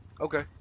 Okay